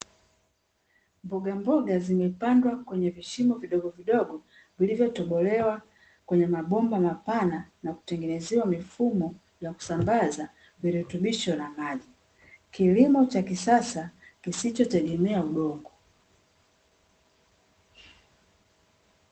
Mbogamboga zimepandwa kwenye vishimo vidogo vidogo vilivyotobolewa kwenye mabomba mapana, na kutengenezewa mifumo ya kusambaza virutubisho na maji. Kilimo cha kisasa kisichotegemea udongo.